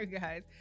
guys